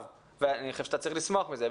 ואני חושב שאתה צריך לשמוח מזה,